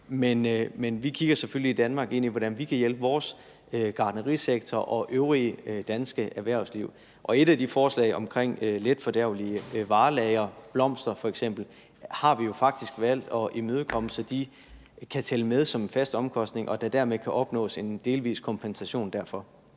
men vi kigger selvfølgelig i Danmark ind i, hvordan vi kan hjælpe vores gartnerisektor og øvrige danske erhvervsliv. Og et af de forslag omkring letfordærvelige varelagre, blomster f.eks., har vi jo faktisk valgt at imødekomme, så de kan tælle med som en fast omkostning, og så der dermed kan opnås en delvis kompensation derfor.